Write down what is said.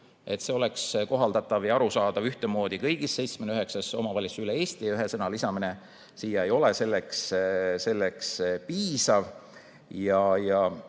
et see oleks kohaldatav ja arusaadav ühtemoodi kõigis 79 omavalitsuses üle Eesti ja ühe sõna lisamine siia ei ole selleks piisav.